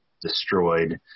destroyed